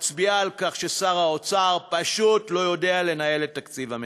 והיא מצביעה על כך ששר האוצר פשוט לא יודע לנהל את תקציב מדינה.